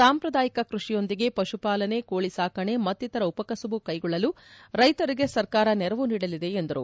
ಸಾಂಪ್ರದಾಯಿಕ ಕೃಷಿಯೊಂದಿಗೆ ಪಶುಪಾಲನೆ ಕೋಳಿ ಸಾಕಣೆ ಮತ್ತಿತರ ಉಪಕಸುಬು ಕೈಗೊಳ್ಳಲು ರೈತರಿಗೆ ಸರ್ಕಾರ ನೆರವು ನೀಡಲಿದೆ ಎಂದರು